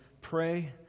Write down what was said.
pray